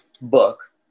book